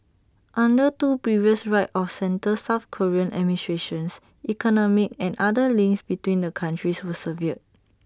under two previous right of centre south Korean administrations economic and other links between the countries were severed